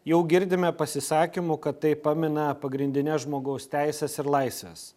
jau girdime pasisakymų kad tai pamina pagrindines žmogaus teises ir laisves